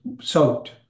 soaked